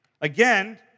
Again